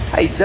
Hey